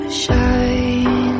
shine